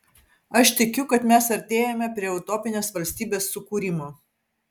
aš tikiu kad mes artėjame prie utopinės valstybės sukūrimo